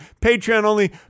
Patreon-only